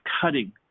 cutting